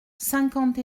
cinquante